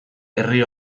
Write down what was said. herri